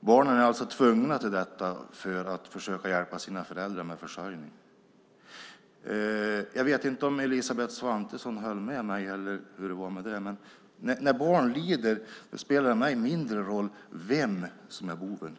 Barnen är alltså tvungna till detta för att försöka hjälpa sina föräldrar med försörjningen. Jag vet inte om Elisabeth Svantesson höll med mig, men när barn lider spelar det för mig mindre roll vem som är boven.